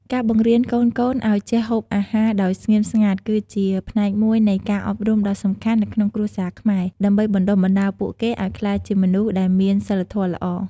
ការបង្រៀនកូនៗឱ្យចេះហូបអាហារដោយស្ងៀមស្ងាត់ គឺជាផ្នែកមួយនៃការអប់រំដ៏សំខាន់នៅក្នុងគ្រួសារខ្មែរ ដើម្បីបណ្តុះបណ្តាលពួកគេឱ្យក្លាយជាមនុស្សដែលមានសីលធម៌ល្អ។